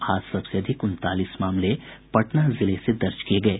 आज सबसे अधिक उनतालीस मामले पटना जिले से दर्ज किये गये